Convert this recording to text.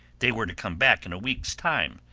they were to come back in a week's time,